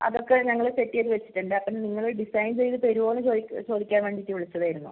അതൊക്കെ ഞങ്ങൾ സെറ്റ് ചെയ്ത് വെച്ചിട്ടുണ്ട് അപ്പം നിങ്ങൾ ഡിസൈൻ ചെയ്ത് തരുമോ എന്ന് ചോദി ചോദിക്കാൻ വേണ്ടിയിട്ട് വിളിച്ചതായിരുന്നു